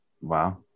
Wow